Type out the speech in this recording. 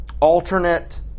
alternate